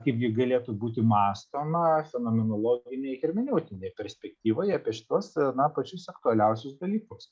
kaipgi galėtų būti mąstoma fenomenologinėj hermeneutinėj perspektyvoje apie šituos na pačius aktualiausius dalykus